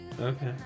Okay